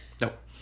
Nope